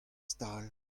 stal